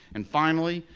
and finally,